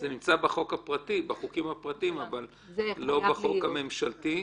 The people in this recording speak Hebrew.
זה נמצא בחוקים הפרטיים, אבל לא בחוק הממשלתי.